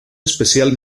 especial